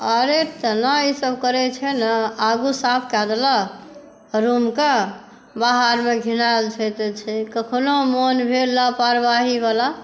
अरे तेना ई सब करै छै ने आगू साफ कए देलक रूमके बाहरमे घिनाएल छै तऽ छै कखनो मोन भेल लापरवाही वाला